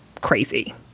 crazy